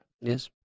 Yes